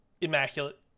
immaculate